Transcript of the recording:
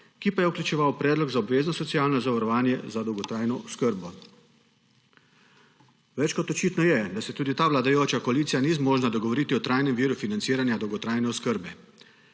ki pa je vključeval predlog za obvezno socialno zavarovanje za dolgotrajno oskrbo. Več kot očitno je, da se tudi ta vladajoča koalicija ni zmožna dogovoriti o trajnem viru financiranja dolgotrajne oskrbe.